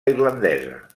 irlandesa